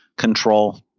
control,